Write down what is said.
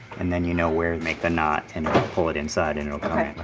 and then you know where to make the knot and then pull it inside and it'll